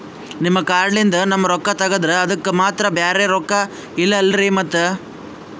ನಿಮ್ ಕಾರ್ಡ್ ಲಿಂದ ನಮ್ ರೊಕ್ಕ ತಗದ್ರ ಅದಕ್ಕ ಮತ್ತ ಬ್ಯಾರೆ ರೊಕ್ಕ ಇಲ್ಲಲ್ರಿ ಮತ್ತ?